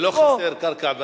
ולא חסרה קרקע בנגב,